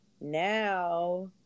now